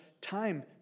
time